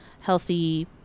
healthy